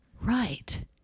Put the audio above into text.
Right